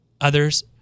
others